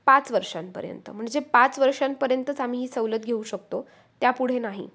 पाच वर्षांपर्यंत म्हणजे पाच वर्षांपर्यंतच आम्ही ही सवलत घेऊ शकतो त्या पुढे नाही